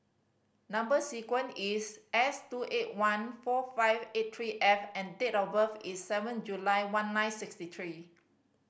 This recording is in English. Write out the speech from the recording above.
number sequence is S two eight one four five six three F and date of birth is seven July one nine sixty three